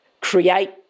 create